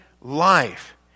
life